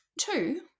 Two